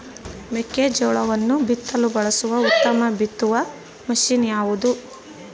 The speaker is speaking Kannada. ಮೆಕ್ಕೆಜೋಳವನ್ನು ಬಿತ್ತಲು ಬಳಸುವ ಉತ್ತಮ ಬಿತ್ತುವ ಮಷೇನ್ ಯಾವುದು?